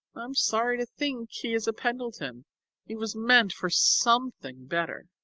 i'm sorry to think he is a pendleton he was meant for something better.